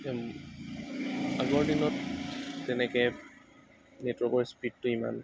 আগৰ দিনত তেনেকৈ নেটৱৰ্কৰ স্পিডটো ইমান